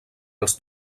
els